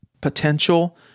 potential